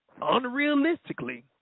unrealistically